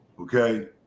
okay